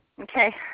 Okay